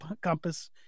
compass